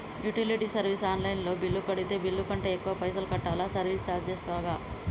Utility service online లో bill కడితే bill కంటే ఎక్కువ పైసల్ కట్టాలా సర్వీస్ చార్జెస్ లాగా?